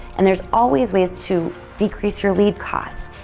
and there's always ways to decrease your lead costs,